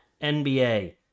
NBA